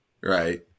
Right